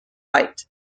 fight